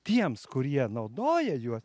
tiems kurie naudoja juos